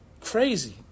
Crazy